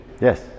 Yes